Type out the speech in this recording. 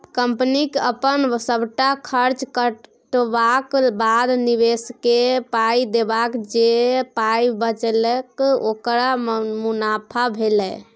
कंपनीक अपन सबटा खर्च कटबाक बाद, निबेशककेँ पाइ देबाक जे पाइ बचेलक ओकर मुनाफा भेलै